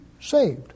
saved